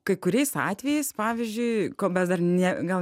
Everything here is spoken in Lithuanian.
kai kuriais atvejais pavyzdžiui ko mes dar ne gal